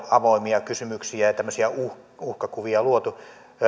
avoimia kysymyksiä ja ja uhkakuvia luotu